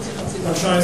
הראשונה.